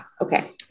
Okay